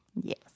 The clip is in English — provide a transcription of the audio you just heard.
Yes